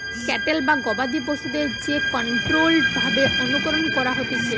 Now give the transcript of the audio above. cattle বা গবাদি পশুদের যে কন্ট্রোল্ড ভাবে অনুকরণ করা হতিছে